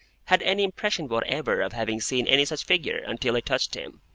had any impression whatever of having seen any such figure, until i touched him.